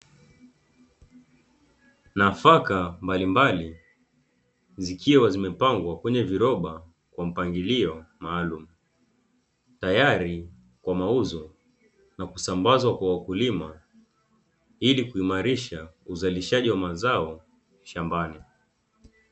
Nafaka mbalimbali zikiwa zimepangwa kwenye viroba kwa mpangilio maalumu, tayari kwa mauzo na kusambazwa kwa wakulima ili kuimarisha uzalishaji wa mazao shambani.